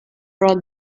wrote